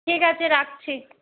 ঠিক আছে রাখছি